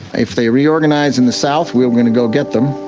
if they reorganise in the south we are going to go get them,